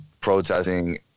protesting